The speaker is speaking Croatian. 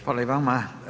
Hvala i vama.